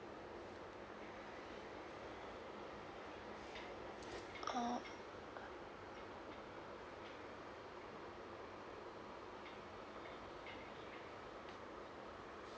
uh